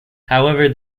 however